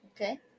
Okay